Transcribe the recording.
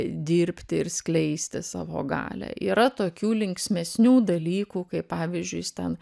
dirbti ir skleisti savo galią yra tokių linksmesnių dalykų kaip pavyzdžiui jis ten